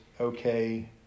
okay